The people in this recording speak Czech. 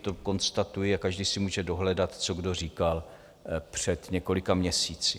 To konstatuji a každý si může dohledat, co kdo říkal před několika měsíci.